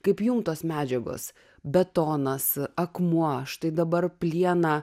kaip jum tos medžiagos betonas akmuo štai dabar plieną